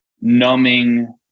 numbing